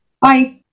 bye